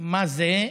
מה זה?